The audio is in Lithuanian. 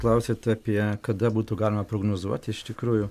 klausėt apie kada būtų galima prognozuoti iš tikrųjų